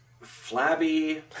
flabby